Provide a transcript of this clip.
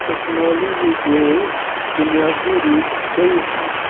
technology ਦੇ ਬੁਨਿਆਦੀ ਰੂਪ ਕਈ ਹਨ